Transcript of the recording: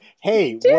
hey